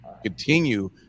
continue